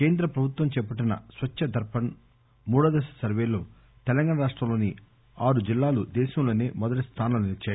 కేంద్ర ప్రభుత్వం చేపట్టిన స్వచ్చ దర్పణ్ మూడో దశ సర్వేలో తెలంగాణ రాష్టంలోని ఆరు జిల్లాలు దేశంలోసే మొదటి స్థానంలో నిలిచాయి